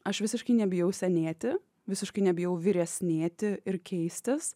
aš visiškai nebijau senėti visiškai nebijau vyresnėti ir keistis